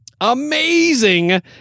Amazing